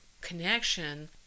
connection